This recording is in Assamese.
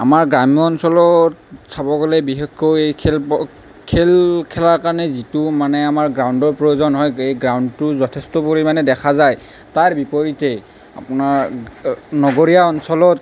আমাৰ গ্ৰাম্য অঞ্চলৰ চাব গ'লে বিশেষকৈ খেল খেল খেলা কাৰণে যিটো মানে আমাৰ গ্ৰাউণ্ডৰ প্ৰয়োজন হয় এই গ্ৰাউণ্ডটো যথেষ্ট পৰিমাণে দেখা যায় তাৰ বিপৰীতে আপোনাৰ নগৰীয়া অঞ্চলত